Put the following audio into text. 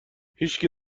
هیشکی